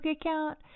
account